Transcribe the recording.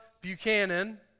Buchanan